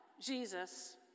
Jesus